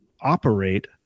operate